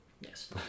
Yes